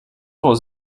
was